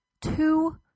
two